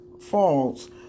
falls